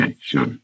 Sure